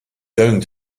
going